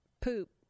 poop